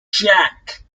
jack